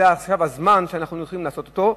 זה עכשיו הזמן שאנחנו הולכים לעשות אותו.